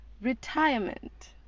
Retirement